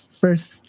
first